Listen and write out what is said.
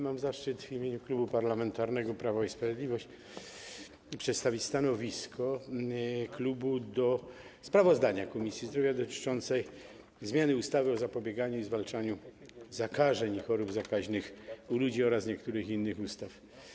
Mam zaszczyt w imieniu Klubu Parlamentarnego Prawo i Sprawiedliwość przedstawić stanowisko klubu co do sprawozdania Komisji Zdrowia dotyczącego zmiany ustawy o zapobieganiu i zwalczaniu zakażeń i chorób zakaźnych u ludzi oraz niektórych innych ustaw.